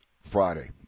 Friday